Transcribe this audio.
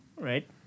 right